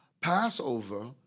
Passover